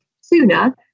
sooner